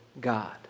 God